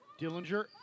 Dillinger